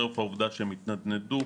חרף העובדה שהם התנדנדו,